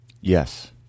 Yes